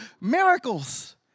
miracles